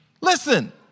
Listen